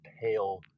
pale